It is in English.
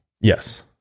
yes